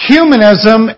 Humanism